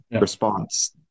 response